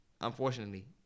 Unfortunately